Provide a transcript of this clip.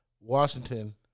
Washington